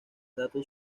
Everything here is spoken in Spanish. dato